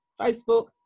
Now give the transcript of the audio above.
Facebook